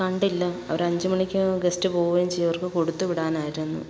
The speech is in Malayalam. കണ്ടില്ല ഒരഞ്ചുമണിക്ക് ഗസ്റ്റ് പോകുകയും ചെയ്യും അവർക്ക് കൊടുത്തു വിടാനായിരുന്നു